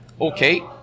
okay